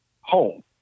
home